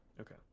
Okay